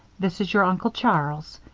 this is your uncle charles.